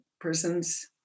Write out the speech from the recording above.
prisons